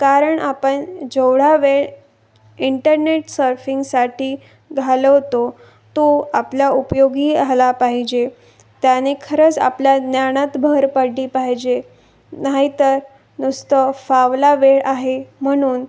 कारण आपण जेवढा वेळ इंटरनेट सर्फिंगसाठी घालवतो तो आपल्या उपयोगी आला पाहिजे त्याने खरंच आपल्या ज्ञानात भर पडली पाहिजे नाहीतर नुसतं फावला वेळ आहे म्हणून